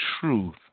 truth